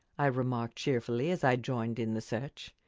i remarked cheerfully as i joined in the search.